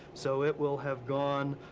so it will have gone,